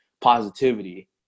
positivity